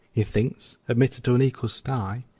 he thinks, admitted to an equal sty,